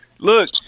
Look